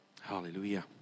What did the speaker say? Hallelujah